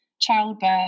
childbirth